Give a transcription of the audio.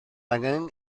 angen